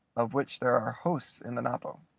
of which there are hosts in the napo,